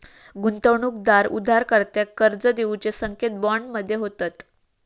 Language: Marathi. गुंतवणूकदार उधारकर्त्यांका कर्ज देऊचे संकेत बॉन्ड मध्ये होतत